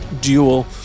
duel